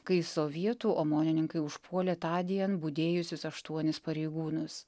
kai sovietų omonininkai užpuolė tądien budėjusius aštuonis pareigūnus